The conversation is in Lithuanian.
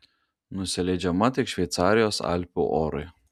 nusileidžiama tik šveicarijos alpių orui